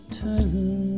turn